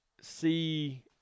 see